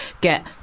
get